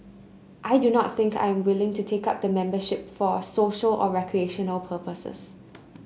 I do not think I am willing to take up the membership for social or recreational purposes